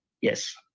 Yes